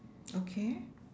okay